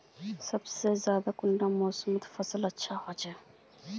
सबसे ज्यादा कुंडा मोसमोत फसल अच्छा होचे?